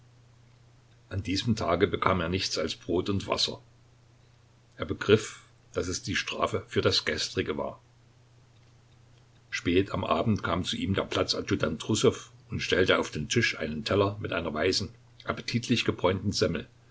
an diesem tage bekam er nichts als brot und wasser er begriff daß es die strafe für das gestrige war spät am abend kam zu ihm der platz adjutant trussow und stellte auf den tisch einen teller mit einer weißen appetitlich gebräunten semmel